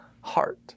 heart